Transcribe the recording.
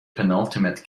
penultimate